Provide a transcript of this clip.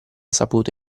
saputo